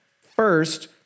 First